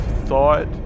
thought